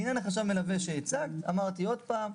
לענין החשב מלווה שהצגת: אמרתי עוד פעם,